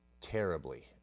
terribly